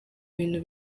bintu